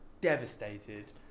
devastated